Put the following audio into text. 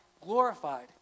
glorified